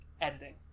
Editing